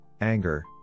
anger